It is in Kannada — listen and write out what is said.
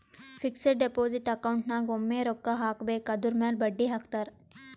ಫಿಕ್ಸಡ್ ಡೆಪೋಸಿಟ್ ಅಕೌಂಟ್ ನಾಗ್ ಒಮ್ಮೆ ರೊಕ್ಕಾ ಹಾಕಬೇಕ್ ಅದುರ್ ಮ್ಯಾಲ ಬಡ್ಡಿ ಹಾಕ್ತಾರ್